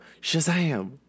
shazam